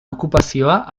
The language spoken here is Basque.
okupazioa